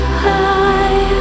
high